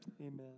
Amen